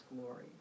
glory